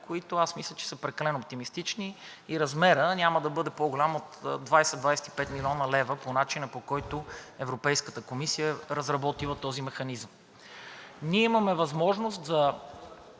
които аз мисля, че са прекалено оптимистични и размерът няма да бъде по-голям от 20 – 25 млн. лв. по начина, по който Европейската комисия е разработила този механизъм. Ние имаме възможност за…